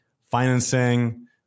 financing